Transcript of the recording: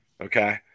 Okay